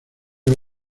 gay